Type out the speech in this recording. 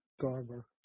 Garber